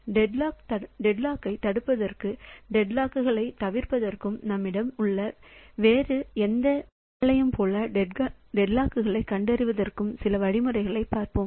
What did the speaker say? deadlock தடுப்பதற்கும் டெட்லாக்களைத் தவிர்ப்பதற்கும் நம்மிடம் உள்ள வேறு எந்த நோயையும் போல டெட்லாக்களைக் கண்டறிவதற்கும் சில வழிமுறைகளைப் பார்ப்போம்